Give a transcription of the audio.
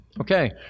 okay